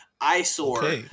Eyesore